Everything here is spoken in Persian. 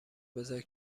بزار